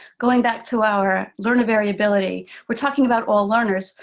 going back to our learner variability, we're talking about all learners.